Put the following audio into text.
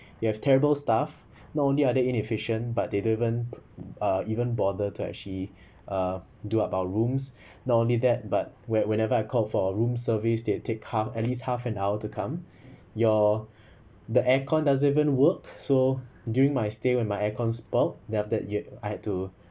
you have terrible staff not only under inefficient but they don't uh even bothered to actually uh do about rooms not only that but when whenever I called for a room service they take half at least half an hour to come your the aircon doesn't even work so during my stay with my aircon spoilt then after that yet I had to